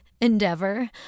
endeavor